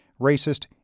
racist